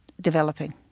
developing